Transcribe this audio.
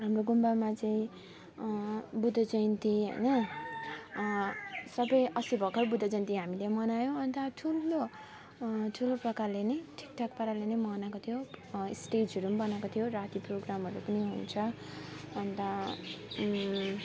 हाम्रो गुम्बामा चाहिँ बुद्ध जयन्ती होइन सबै अस्ति भर्खर बुद्ध जयन्ती हामीले मनायौँ अन्त ठुलो ठुलो प्रकारले नै ठिकठाक पाराले नै मनाएको थियो स्टेजहरू पनि नि बनाएको थियो राति प्रोग्रामहरू पनि हुन्छ अन्त